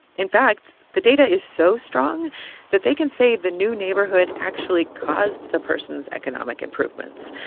in fact, the data is so strong that they can say the new neighborhood actually caused the person's economic improvements.